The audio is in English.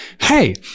hey